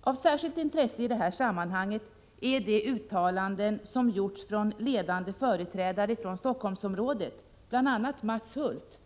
Av särskilt intresse i det här sammanhanget är de uttalanden som gjorts från ledande företrädare för Helsingforssområdet, bl.a. Mats Hulth,